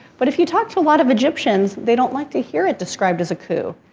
but, if you talk to a lot of egyptians, they don't like to hear it described as a coup.